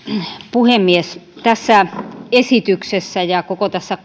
puhemies tässä esityksessä ja koko tässä